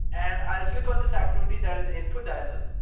and i'll click on this activity that is input dialog,